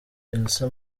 elsa